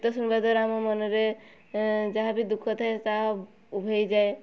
ଗୀତ ଶୁଣିବା ଦ୍ୱାରା ଆମ ମନରେ ଯାହା ବି ଦୁଃଖ ଥାଏ ତାହା ଉଭେଇ ଯାଏ